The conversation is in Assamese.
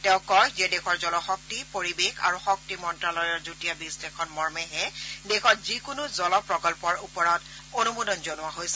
তেওঁ কয় যে দেশৰ জলশক্তি পৰিৱেশ আৰু শক্তি মন্তালয়ৰ যুটীয়া বিশ্লেষণ মৰ্মেহে দেশত যিকোনো জল প্ৰকল্পৰ ওপৰত অনুমোদন জনোৱা হৈছে